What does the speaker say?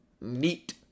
Neat